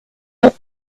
lot